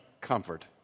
comfort